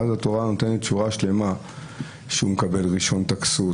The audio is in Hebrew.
אבל זו אחת ההתפתחויות החיוביות והחשובות מבחינת היחס של החברה